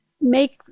make